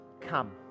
Come